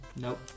Nope